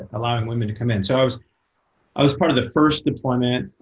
allowing women to come in. so i was i was part of that first deployment